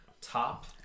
top